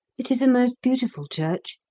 it is a most beautiful church,